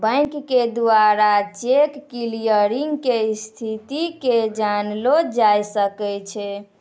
bank द्वारा cheque clearing के स्थिति के जानलो जाय सकै छै